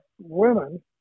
women